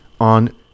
on